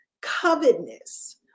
covetousness